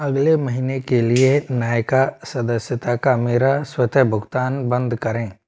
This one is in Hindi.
अगले महीने के लिए नायका सदस्यता का मेरा स्वतः भुगतान बंद करें